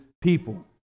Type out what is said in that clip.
people